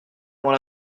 avant